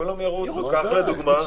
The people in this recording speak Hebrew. לדוגמה,